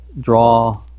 draw